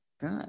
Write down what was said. good